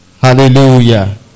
Hallelujah